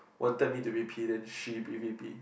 wanted me to be P then she be V_P